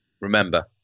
remember